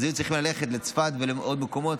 אז היו צריכים ללכת לצפת ולעוד מקומות.